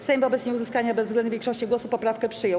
Sejm wobec nieuzyskania bezwzględnej większości głosów poprawkę przyjął.